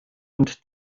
und